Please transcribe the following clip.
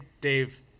Dave